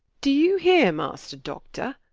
do you hear, master doctor?